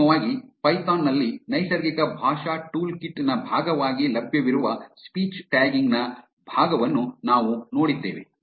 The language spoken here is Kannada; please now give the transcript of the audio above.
ಅಂತಿಮವಾಗಿ ಪೈಥಾನ್ ನಲ್ಲಿ ನೈಸರ್ಗಿಕ ಭಾಷಾ ಟೂಲ್ಕಿಟ್ ನ ಭಾಗವಾಗಿ ಲಭ್ಯವಿರುವ ಸ್ಪೀಚ್ ಟ್ಯಾಗಿಂಗ್ ನ ಭಾಗವನ್ನು ನಾವು ನೋಡಿದ್ದೇವೆ